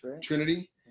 Trinity